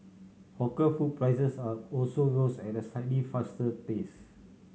hawker food prices are also rose at a slightly faster pace